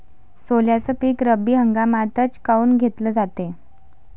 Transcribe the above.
सोल्याचं पीक रब्बी हंगामातच काऊन घेतलं जाते?